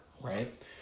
right